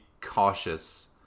cautious